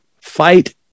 Fight